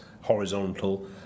horizontal